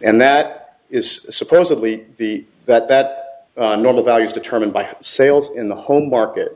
and that is supposedly the that that normal values determined by sales in the home market